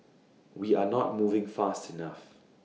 we are not moving fast enough